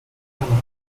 come